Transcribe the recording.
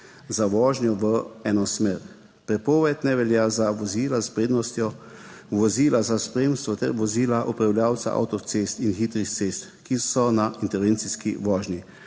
za vožnjo v eno smer. Prepoved ne velja za vozila s prednostjo, vozila za spremstvo ter vozila upravljavca avtocest in hitrih cest, ki so na intervencijski vožnji.